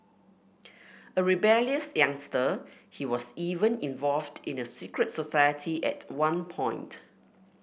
a rebellious youngster he was even involved in a secret society at one point